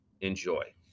enjoy